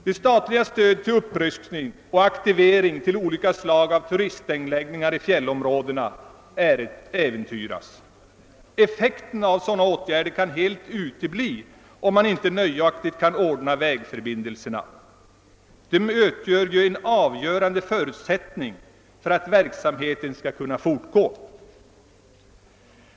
De statliga stöden till upprustning och aktivering av olika slag av turistanläggningar i fjällområdena äventyras därigenom, och effekten av sådana åtgärder kan helt utebli, om man inte nöjaktigt kan ordna vägförbindelserna. De är en avgörande förutsättning för att verksamheten skall kunna fortgå.